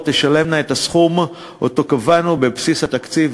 תשלמנה את הסכום שקבענו בבסיס התקציב.